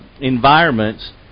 environments